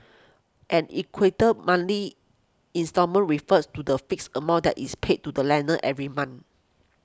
an equated monthly instalment refers to the fixed amount that is paid to the lender every month